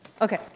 Okay